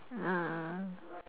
mm mm